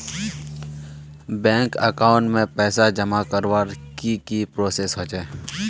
Bank account में पैसा जमा करवार की की प्रोसेस होचे?